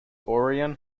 orion